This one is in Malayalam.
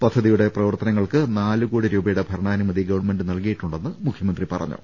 പദ്ധതിയുടെ പ്രവർത്തനങ്ങൾക്ക് നാലുകോടി രൂപയുടെ ഭരണാനുമതി ഗവൺമെന്റ് നൽകിയിട്ടുണ്ടെന്ന് മുഖ്യമന്ത്രി പറഞ്ഞു